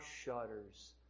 shudders